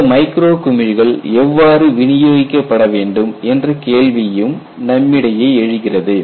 இந்த மைக்ரோ குமிழ்கள் எவ்வாறு விநியோகிக்கப்பட வேண்டும் என்ற கேள்வியும் நம்மிடையே எழுகிறது